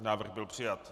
Návrh byl přijat.